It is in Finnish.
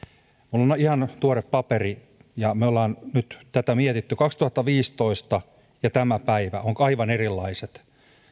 on tässä ihan tuore paperi ja me olemme nyt tätä miettineet kaksituhattaviisitoista ja tämä päivä ovat aivan erilaiset